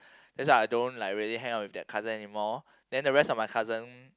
that's why I don't like really hang out with that cousin anymore then the rest of my cousins